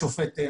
חיים.